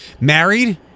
married